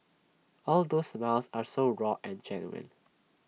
all those smiles are so raw and genuine